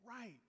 right